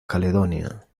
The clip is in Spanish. caledonia